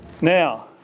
Now